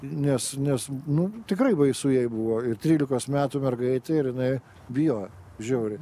nes nes nu tikrai baisu jai buvo ir trylikos metų mergaitė ir jinai bijojo žiauriai